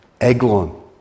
Eglon